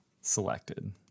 selected